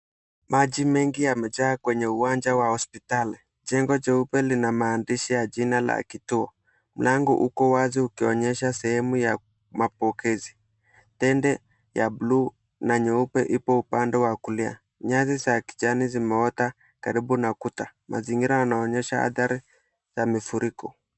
Maji mengi yamejaa kwenye uwanja wa hospitali jengo jeupe lina maandishi ya jina la kituo. Mlango uko wazi ukionyesha sehemu ya mapokezi. Tende ya buluu na nyeupe ipo upande wa kulia. Nyasi za kijani zimeota karibu na kuta. Mazingira yanaonyesha athari za mifuriko.